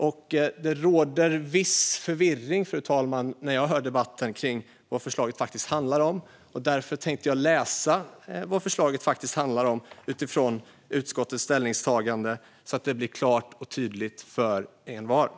I debatten råder det en viss förvirring kring vad förslaget faktiskt handlar om, och därför tänkte jag läsa från utskottets ställningstagande så att det blir klart och tydligt för envar.